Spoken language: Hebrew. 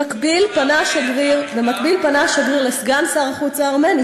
במקביל פנה השגריר לסגן שר החוץ הארמני,